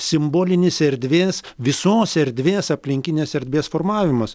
simbolinis erdvės visos erdvės aplinkinės erdvės formavimas